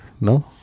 No